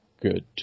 good